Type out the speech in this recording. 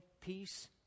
peace